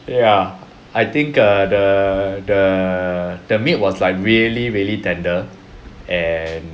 ya I think err the the the meat was like really really tender and